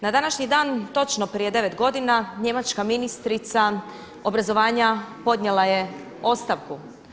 Na današnji dan točno prije devet godina njemačka ministrica obrazovanja podnijela je ostavku.